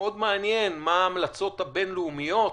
מעניין מה ההמלצות הבינלאומיות,